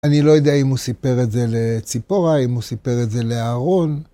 אני לא יודע אם הוא סיפר את זה לציפורה, אם הוא סיפר את זה לאהרון.